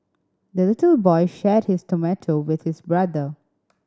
the little boy shared his tomato with his brother